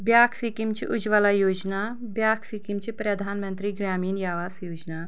بیٛاکھ سِکیٖم چھِ اُجوَلا یوجنا بیٛاکھ سِکیٖم چھِ پرٛدھان مَنترٛی گرٛامیٖن آواس یوجنا